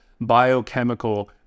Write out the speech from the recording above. biochemical